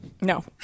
No